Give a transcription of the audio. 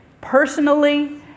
personally